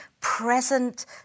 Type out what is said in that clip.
present